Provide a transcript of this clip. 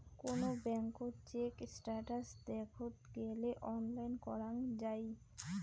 কোন ব্যাঙ্কত check status দেখত গেলে অনলাইন করাঙ যাই